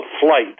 flight